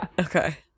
Okay